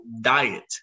diet